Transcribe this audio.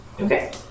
Okay